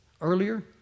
earlier